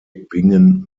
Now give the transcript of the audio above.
bingen